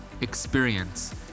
experience